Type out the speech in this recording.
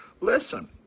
listen